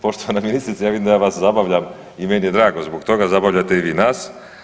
Poštovana ministrice, ja vidim da ja vas zabavljam i meni je drago zbog toga, zabavljate i vi nas.